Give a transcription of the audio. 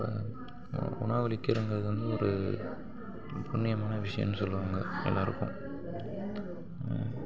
இப்போ உணவளிக்கிறதுங்கிறது வந்து ஒரு புண்ணியமான விஷயம்னு சொல்லுவாங்க எல்லோருக்கும்